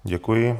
Děkuji.